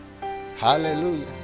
hallelujah